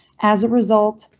as a result,